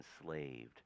enslaved